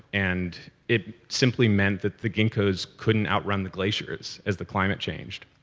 and it simply meant that the ginkgos couldn't outrun the glaciers, as the climate changed.